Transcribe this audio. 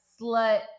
slut